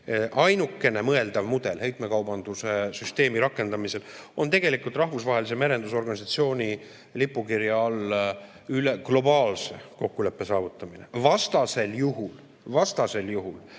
Ainukene mõeldav mudel heitmekaubanduse süsteemi rakendamisel on tegelikult Rahvusvahelise Merendusorganisatsiooni lipukirja all globaalse kokkuleppe saavutamine, vastasel juhul me kõneleme